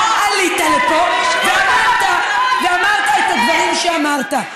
עלית לפה ואמרת את הדברים שאמרת.